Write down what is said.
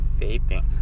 Vaping